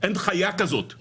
אין חיה כזאת,